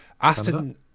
Aston